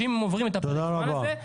שאם הם עוברים את הפרק זמן הזה,